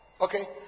okay